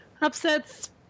upsets